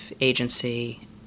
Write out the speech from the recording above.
agency